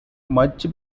much